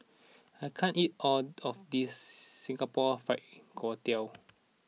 I can't eat all of this Singapore Fried Kway Tiao